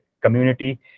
community